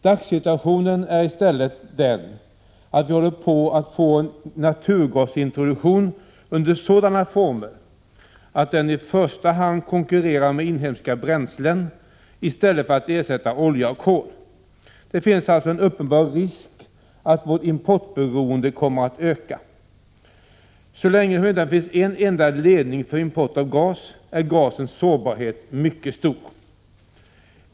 Dagssituationen är i stället den, att vi håller på att få en naturgasintroduktion under sådana former att den i första hand konkurrerar med inhemska bränslen i stället för att ersätta olja och kol. Det finns alltså en uppenbar risk att vårt importberoende kommer att öka. Så länge som det endast finns en enda ledning för import av gas är gasens sårbarhet mycket stor.